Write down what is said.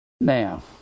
Now